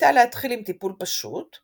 הייתה להתחיל עם טיפול פשוט,